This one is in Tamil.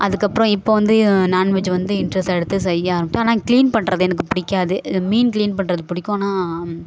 அதுக்கப்புறம் இப்போது வந்து நாண்வெஜ்ஜு வந்து இன்ட்ரெஸ்டாக எடுத்து செய்ய ஆரமித்தேன் ஆனால் க்ளீன் பண்ணுறது எனக்கு பிடிக்காது மீன் க்ளீன் பண்ணுறது பிடிக்கும் ஆனால்